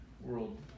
world